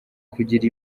kugira